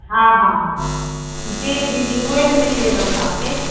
हा हा जी जी जी उहे मिली वेंदव तव्हांखे